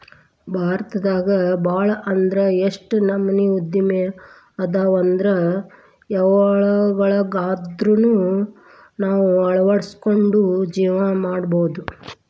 ಭಾರತದಾಗ ಭಾಳ್ ಅಂದ್ರ ಯೆಷ್ಟ್ ನಮನಿ ಉದ್ಯಮ ಅದಾವಂದ್ರ ಯವ್ದ್ರೊಳಗ್ವಂದಾದ್ರು ನಾವ್ ಅಳ್ವಡ್ಸ್ಕೊಂಡು ಜೇವ್ನಾ ಮಾಡ್ಬೊದು